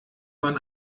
man